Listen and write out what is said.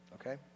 okay